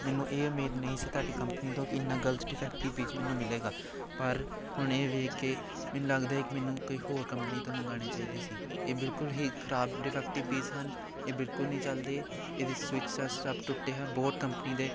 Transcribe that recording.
ਮੈਨੂੰ ਇਹ ਉਮੀਦ ਨਹੀਂ ਸੀ ਤੁਹਾਡੀ ਕੰਪਨੀ ਤੋਂ ਕਿ ਇੰਨਾ ਗਲਤ ਡਿਫੈਕਟਿਵ ਪੀਸ ਮੈਨੂੰ ਮਿਲੇਗਾ ਪਰ ਹੁਣ ਇਹ ਦੇਖ ਕੇ ਮੈਨੂੰ ਲੱਗਦਾ ਕਿ ਮੈਨੂੰ ਕੋਈ ਹੋਰ ਕੰਪਨੀ ਤੋਂ ਮੰਗਵਾਣੇ ਚਾਹੀਦੇ ਸੀ ਇਹ ਬਿਲਕੁਲ ਹੀ ਖ਼ਰਾਬ ਡਿਫੈਕਟਿਵ ਪੀਸ ਹਨ ਇਹ ਬਿਲਕੁਲ ਨਹੀਂ ਚਲਦੇ ਇਹਦੇ ਸਵਿੱਚ ਸਭ ਟੁੱਟੇ ਹਾ ਬੋਟ ਕੰਪਨੀ ਦੇ